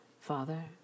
Father